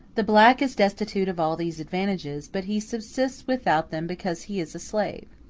the black is destitute of all these advantages, but he subsists without them because he is a slave.